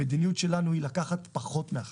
המדיניות שלנו היא לקחת פחות מהחלשים.